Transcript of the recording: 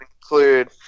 include